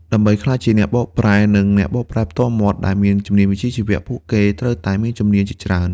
ដើម្បីក្លាយជាអ្នកបកប្រែ និងអ្នកបកប្រែផ្ទាល់មាត់ដែលមានជំនាញវិជ្ជាជីវៈ ពួកគេត្រូវតែមានជំនាញជាច្រើន។